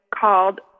called